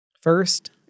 First